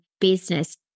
business